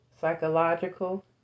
psychological